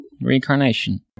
Reincarnation